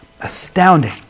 Astounding